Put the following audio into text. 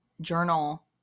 Journal